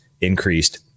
increased